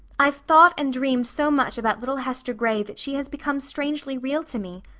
i've thought and dreamed so much about little hester gray that she has become strangely real to me.